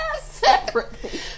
Separately